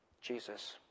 Jesus